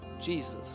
Jesus